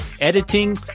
editing